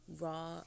raw